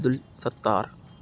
Abdul Sattar